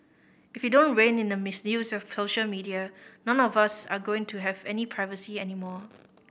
if we don't rein in the misuse of social media none of us are going to have any privacy anymore